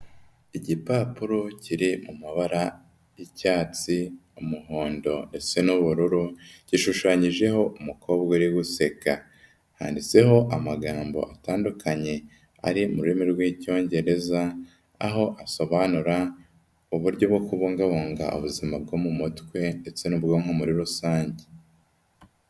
Igipapuro kiri mu mabara y'icyatsi, umuhondo ndetse n'ubururu, gishushanyijeho umukobwa uri guseka, handitseho amagambo atandukanye ari mu rurimi rw'Icyongereza aho asobanura uburyo bwo kubungabunga ubuzima bwo mu mutwe ndetse n'ubwonko muri rusange.